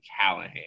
Callahan